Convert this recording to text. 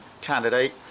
candidate